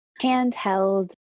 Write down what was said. Handheld